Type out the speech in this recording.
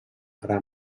gra